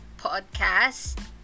podcast